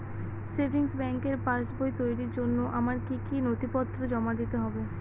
Savings ব্যাংকের পাসবই তৈরির জন্য আমার কি কি নথিপত্র জমা দিতে হবে?